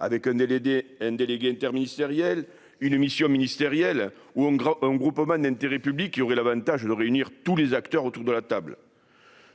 aider un délégué interministériel une mission ministérielle ou un groupement d'intérêt public qui aurait l'Avantage de réunir tous les acteurs autour de la table,